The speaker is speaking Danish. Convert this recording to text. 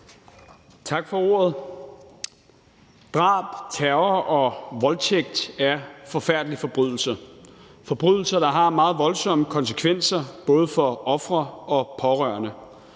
Tak for ordet. Drab, terror og voldtægt er forfærdelige forbrydelser. Det er forbrydelser, der har meget voldsomme konsekvenser både for ofre og pårørende